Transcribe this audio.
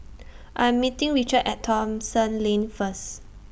I Am meeting Richard At Thomson Lane First